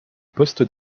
pose